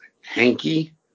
hanky